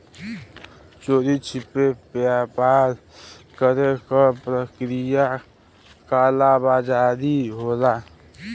चोरी छिपे व्यापार करे क प्रक्रिया कालाबाज़ारी होला